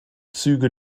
züge